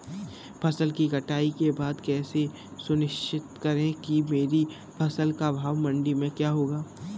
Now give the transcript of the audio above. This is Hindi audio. फसल की कटाई के बाद कैसे सुनिश्चित करें कि मेरी फसल का भाव मंडी में क्या होगा?